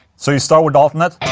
so you start with alternate,